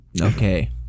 okay